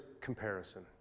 comparison